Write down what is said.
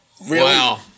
Wow